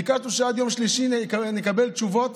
ביקשנו שעד יום שלישי נקבל תשובות